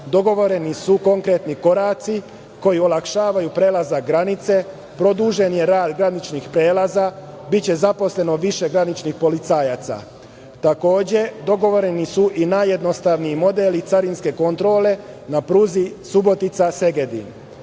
dogovoreni su konkretni koraci koji olakšavaju prelazak granice, produženje graničnih prelaza, biće zaposleno više graničnih policajaca. Takođe, dogovoreni su i najjednostavniji modeli carinske kontrole na pruzi Subotica-Segedin. Sa